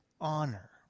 honor